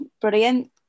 brilliant